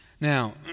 Now